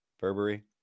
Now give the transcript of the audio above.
burberry